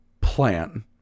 plan